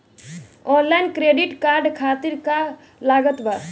Online credit card खातिर का का लागत बा?